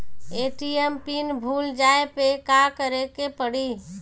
ATM PIN भूल जाए पे का करे के पड़ी?